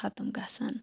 خَتٕم گَژھان